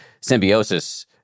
symbiosis